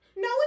No